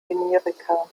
generika